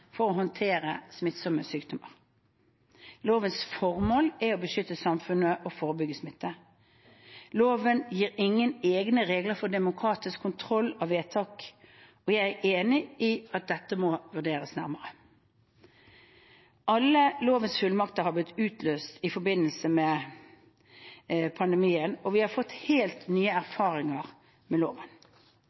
for å håndtere smittsomme sykdommer. Lovens formål er å beskytte samfunnet og forebygge smitte. Loven gir ingen egne regler for demokratisk kontroll av vedtak, og jeg er enig i at dette må vurderes nærmere. Alle lovens fullmakter har blitt utløst i forbindelse med pandemien, og vi har fått helt nye erfaringer med loven.